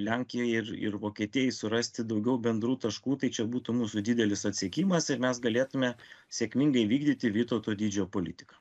lenkijai ir ir vokietijai surasti daugiau bendrų taškų tai čia būtų mūsų didelis atsiekimas ir mes galėtume sėkmingai vykdyti vytauto didžiojo politiką